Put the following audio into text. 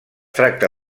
tracta